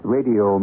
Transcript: Radio